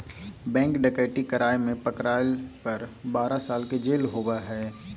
bank डकैती कराय में पकरायला पर बारह साल के जेल होबा हइ